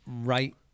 right